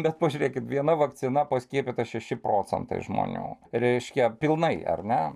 bet pažiūrėkit kaip viena vakcina paskiepyta šeši procentai žmonių reiškia pilnai ar ne